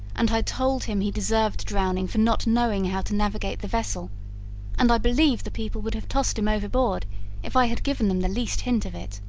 and i told him he deserved drowning for not knowing how to navigate the vessel and i believe the people would have tossed him overboard if i had given them the least hint of it.